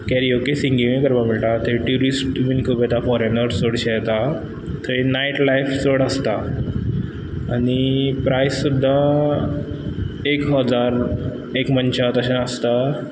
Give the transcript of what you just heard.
karaoke सिंगिंगूय करपा मेळटा थंय ट्युरिस्ट बीन खूब येता फॉरॅनर्ज चडशे येतात थंय नायट लायफ चड आसता आनी प्रायस सुद्दां एक हजार एक मनशा तशें आसता